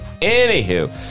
anywho